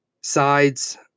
sides